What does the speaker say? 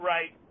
Right